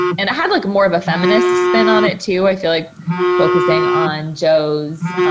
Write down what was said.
and i had like more of a feminist spin on it too. i feel like focusing on jo's